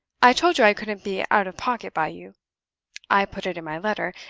i told you i couldn't be out of pocket by you i put it in my letter,